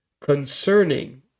concerning